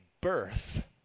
birth